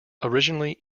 originally